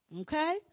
Okay